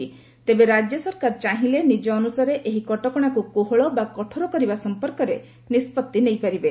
ଡେବେ ରାଜ୍ୟ ସରକାର ଚାହିଁଲେ ନିଜ ଅନୁସାରେ ଏହି କଟକଣାକୁ କୋହଳ ବା କଠୋର କରିବା ସଂପର୍କରେ ନିଷ୍କତି ନେଇପାରିବେ